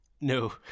no